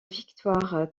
victoire